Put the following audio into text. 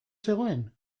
zegoen